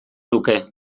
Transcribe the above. luke